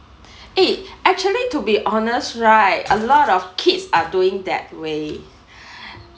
eh actually to be honest right a lot of kids are doing that way